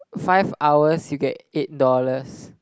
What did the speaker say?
five hours you get eight dollars